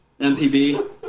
MPB